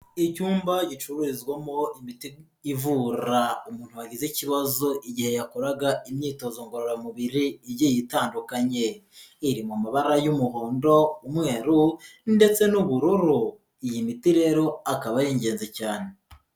Icyumba gicururizwamo imiti ivura umuntu wagize ikibazo igihe yakoraga imyitozo ngororamubiri igiye itandukanye, iri mu mabara y'umuhondo, umweru ndetse n'ubururu, iyi miti rero akaba ari ingenzi cyane.